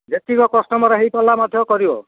ଯେତିକି କଷ୍ଟମର ହେଇପାରିଲା ମଧ୍ୟ କରିବ